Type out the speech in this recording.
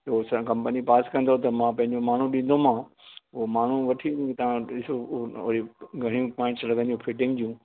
उहो असां कंपनी पास कंदो त मां पंहिंजो माण्हू ॾींदोमांव उहो माण्हू वठी तव्हां वटि घणियूं पॉइंट्स लगंदियूं फिटिंग जूं